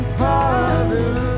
father